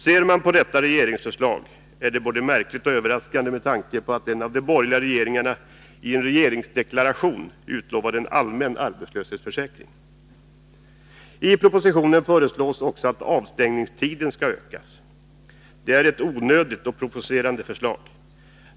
Ser man på detta regeringsförslag finner man att det är både märkligt och överraskande, med tanke på att en av de borgerliga regeringarna i en regeringsdeklaration utlovade en allmän arbetslöshetsförsäkring. I propositionen föreslås också att avstängningstiden skall ökas. Det är ett onödigt och provocerande förslag.